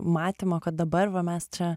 matymo kad dabar va mes čia